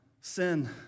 Sin